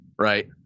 Right